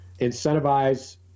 Incentivize